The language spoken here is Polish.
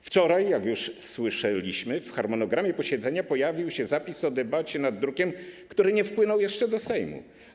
Wczoraj, jak już słyszeliśmy, w harmonogramie posiedzenia pojawił się zapis o debacie nad drukiem, który nie wpłynął jeszcze do Sejmu.